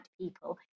people